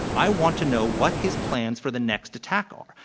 i want to know what his plans for the next attack are.